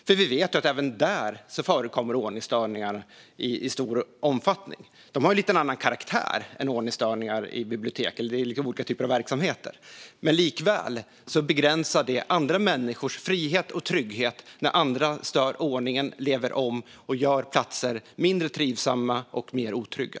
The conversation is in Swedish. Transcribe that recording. Vi vet att det även där förekommer ordningsstörningar i stor omfattning. Det handlar ju om andra verksamheter än bibliotek, men likväl begränsar det människors frihet och trygghet när andra stör ordningen, lever om och gör platser mindre trivsamma och mer otrygga.